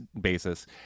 basis